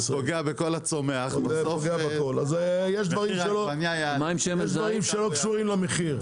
יש דברים שלא קשורים למחיר.